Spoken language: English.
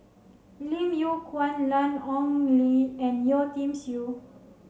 Lim Yew Kuan Lan Ong Li and Yeo Tiam Siew